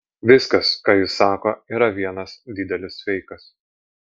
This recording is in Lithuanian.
viskas ką jis sako yra vienas didelis feikas